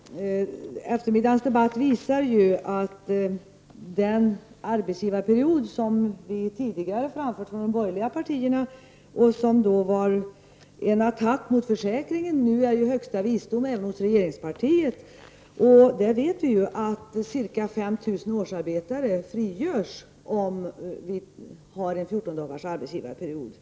Herr talman! Eftermiddagens debatt visar att den arbetsgivarperiod som vi tidigare föreslagit från de borgerliga partiernas sida och som då var en attack mot försäkringen nu är högsta visdom även i regeringspartiet. Vi vet ju att ca 5 000 årsarbetare frigörs om vi har fjorton dagars arbetsgivarperiod.